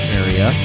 area